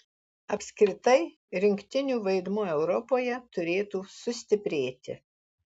apskritai rinktinių vaidmuo europoje turėtų sustiprėti